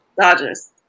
Dodgers